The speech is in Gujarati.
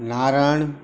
નારણ